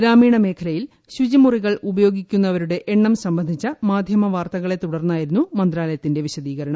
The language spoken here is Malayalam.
ഗ്രാമീണമേഖലയിൽ ശുചിമുറികൾ ഉപയോഗിക്കുന്നവരുടെ എണ്ണം സംബന്ധിച്ച മാധ്യമ വാർത്തകളെ തുടർന്നായിരുന്നു മന്ത്രാലയത്തിന്റെ വിശദീകരണം